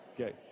Okay